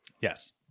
Yes